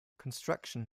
construction